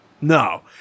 No